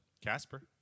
casper